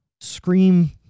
Scream